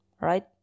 right